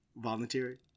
voluntary